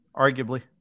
arguably